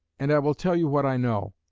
and i will tell you what i know.